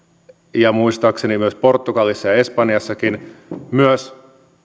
ja muistaakseni myös portugalissa ja espanjassakin